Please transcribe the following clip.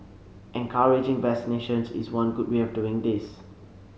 encouraging vaccinations is one good way of doing this